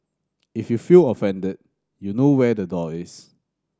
if you feel offended you know where the door is